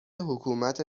حکومت